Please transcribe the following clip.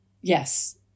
Yes